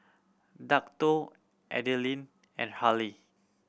Dakotah Adilene and Harlie